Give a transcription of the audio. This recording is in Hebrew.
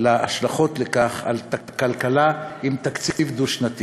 על השלכות של זה על הכלכלה עם תקציב דו-שנתי.